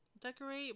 decorate